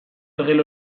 ergel